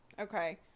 okay